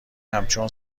همچون